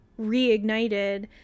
reignited